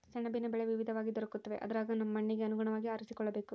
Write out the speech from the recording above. ಸೆಣಬಿನ ಬೆಳೆ ವಿವಿಧವಾಗಿ ದೊರಕುತ್ತವೆ ಅದರಗ ನಮ್ಮ ಮಣ್ಣಿಗೆ ಅನುಗುಣವಾಗಿ ಆರಿಸಿಕೊಳ್ಳಬೇಕು